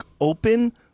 open